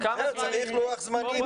צריך לוח זמנים.